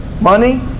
Money